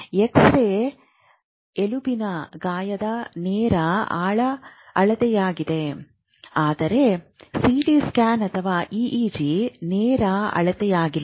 x ray ಎಲುಬಿನ ಗಾಯದ ನೇರ ಅಳತೆಯಾಗಿದೆ ಆದರೆ ಸಿಟಿ ಸ್ಕ್ಯಾನ್ ಅಥವಾ ಇಇಜಿ ನೇರ ಅಳತೆಯಾಗಿಲ್ಲ